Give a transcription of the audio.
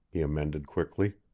he amended quickly.